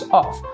off